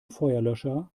feuerlöscher